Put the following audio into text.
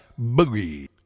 Boogie